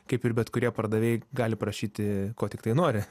kaip ir bet kurie pardavėjai gali prašyti ko tiktai nori